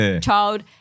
child